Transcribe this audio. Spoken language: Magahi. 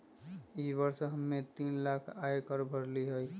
ई वर्ष हम्मे तीन लाख आय कर भरली हई